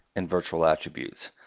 and virtual attributes.